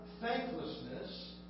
thanklessness